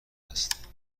است